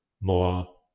more